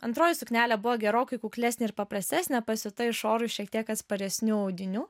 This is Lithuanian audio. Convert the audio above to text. antroji suknelė buvo gerokai kuklesnė ir paprastesnė pasiūta iš orui šiek tiek atsparesnių audinių